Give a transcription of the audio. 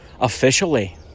officially